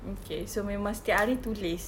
okay so memang setiap hari tulis